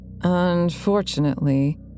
unfortunately